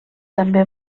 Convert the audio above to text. també